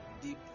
deep